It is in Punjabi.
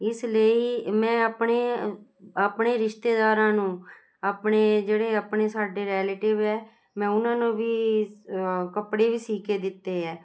ਇਸ ਲਈ ਮੈਂ ਆਪਣੇ ਆਪਣੇ ਰਿਸ਼ਤੇਦਾਰਾਂ ਨੂੰ ਆਪਣੇ ਜਿਹੜੇ ਆਪਣੇ ਸਾਡੇ ਰੈਲੇਟਿਵ ਹੈ ਮੈਂ ਉਨ੍ਹਾਂ ਨੂੰ ਵੀ ਕੱਪੜੇ ਵੀ ਸੀ ਕੇ ਦਿੱਤੇ ਹੈ